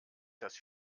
dass